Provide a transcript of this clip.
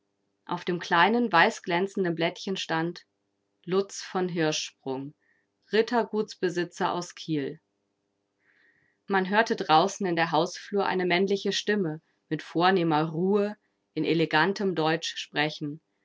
auf dem kleinen weißglänzenden blättchen stand lutz von hirschsprung rittergutsbesitzer aus kiel man hörte draußen in der hausflur eine männliche stimme mit vornehmer ruhe in elegantem deutsch sprechen